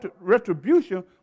retribution